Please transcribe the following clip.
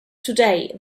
today